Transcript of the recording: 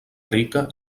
rica